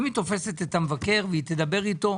אם היא תופסת את המבקר והיא תדבר איתו,